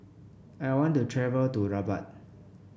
I want to travel to Rabat